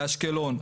באשקלון,